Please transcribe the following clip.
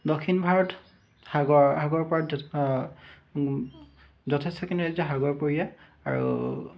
দক্ষিণ ভাৰত সাগৰ সাগৰ পাৰত যথেষ্টখিনি সাগৰপৰীয়া আৰু